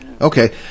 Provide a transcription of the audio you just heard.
Okay